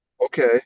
okay